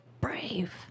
Brave